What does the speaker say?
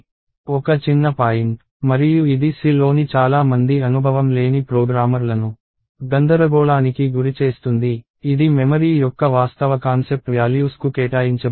ఒక చిన్న పాయింట్ మరియు ఇది C లోని చాలా మంది అనుభవం లేని ప్రోగ్రామర్లను గందరగోళానికి గురిచేస్తుంది ఇది మెమరీ యొక్క వాస్తవ కాన్సెప్ట్ వ్యాల్యూస్ కు కేటాయించబడింది